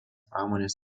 pramonės